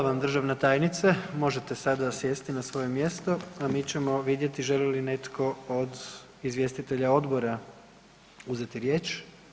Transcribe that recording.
Hvala vam državna tajnice, možete sada sjesti na svoje mjesto, a mi ćemo vidjeti želi li netko od izvjestitelja odbora uzeti riječ?